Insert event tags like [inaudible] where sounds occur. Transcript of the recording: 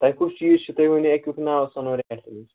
تۄہہِ کُس چیٖز چھُ تُہۍ ؤنِو اَکیُک ناو [unintelligible]